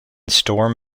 storm